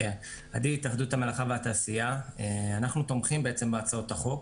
אנחנו תומכים בהצעות החוק.